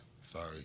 Sorry